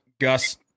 Gus